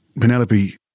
Penelope